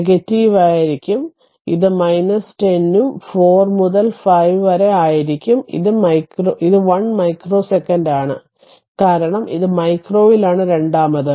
negative ആയിരിക്കും ഇത് 10 ഉം 4 മുതൽ 5 വരെ ആയിരിക്കും ഇത് 1 മൈക്രോ സെക്കന്റ് ആണ് കാരണം ഇത് മൈക്രോയിലാണ് രണ്ടാമത്